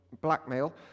blackmail